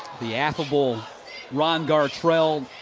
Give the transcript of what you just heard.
the afable ron gartrell.